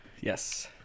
Yes